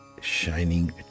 shining